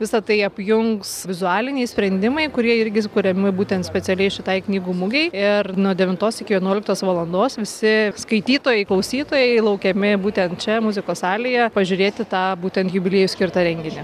visa tai apjungs vizualiniai sprendimai kurie irgi kuriami būtent specialiai šitai knygų mugei ir nuo devintos iki vienuoliktos valandos visi skaitytojai klausytojai laukiami būtent čia muzikos salėje pažiūrėti tą būtent jubiliejui skirtą renginį